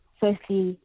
firstly